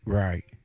right